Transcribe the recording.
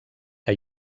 que